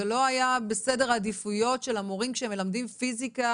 זה לא היה בכלל בסדר העדיפויות של המורים שמלמדים פיזיקה